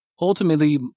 ultimately